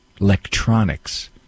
electronics